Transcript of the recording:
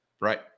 Right